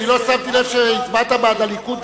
אני לא שמתי לב שהצבעת בעד הליכוד,